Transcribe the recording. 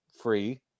free